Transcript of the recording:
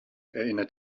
erinnert